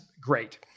great